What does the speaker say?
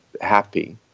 happy